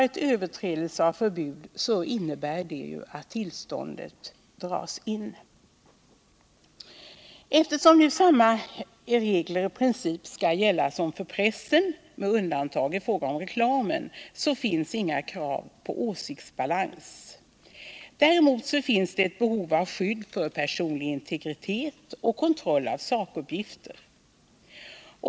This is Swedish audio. En överträdelse av förbudet innebär också att tillståndet dras in. Eftersom nu samma regler i princip skall gälla som för pressen, med undantag för reklamen, finns det inga krav på åsiktsbalans. Däremot finns behov av skydd för personlig integritet och kontroll av sakuppgifter.